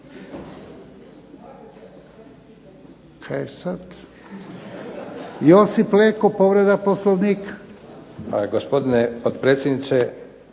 lijepa. Josip Leko povreda Poslovnika.